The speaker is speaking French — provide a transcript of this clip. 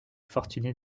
fortunés